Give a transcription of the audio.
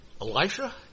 Elisha